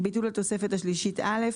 ביטול התוספת השלישית א'